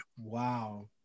Wow